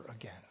again